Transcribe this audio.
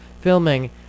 filming